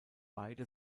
beide